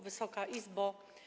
Wysoka Izbo!